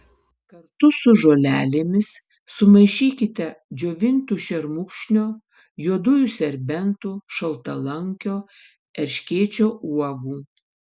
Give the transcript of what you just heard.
kartu su žolelėmis sumaišykite džiovintų šermukšnio juodųjų serbentų šaltalankio erškėčio uogų